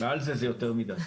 מעל זה, זה יותר מדי.